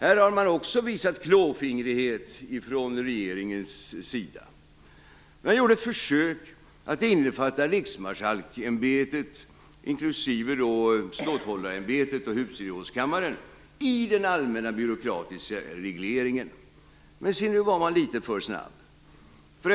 Här har man också visat klåfingrighet från regeringens sida. Man gjorde ett försök att innefatta Riksmarsalksämbetet inklusive Ståthållarämbetet och Husgerådskammaren i den allmänna byråkratiska regleringen. Men se, nu var man litet för snabb.